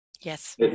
Yes